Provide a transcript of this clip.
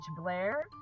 Blair